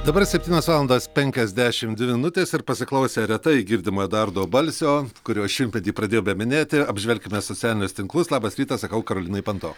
dabar septynios valandos penkiasdešim dvi minutės ir pasiklausę retai girdimo eduardo balsio kurio šimtmetį pradėjome minėti apžvelkime socialinius tinklus labas rytas sakau karolinai panto